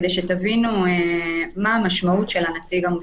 כדי שתבינו מה המשמעות של הנציג המוסמך.